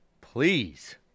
Please